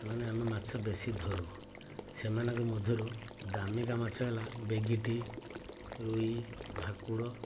ଏମାନେ ଆମେ ମାଛ ବେଶୀ ଧରୁ ସେମାନଙ୍କ ମଧ୍ୟରୁ ଦାମିକା ମାଛ ହେଲା ବେଗିଟି ରୁଈ ଭାକୁଡ଼